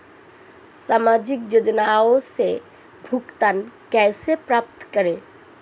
सामाजिक योजनाओं से भुगतान कैसे प्राप्त करें?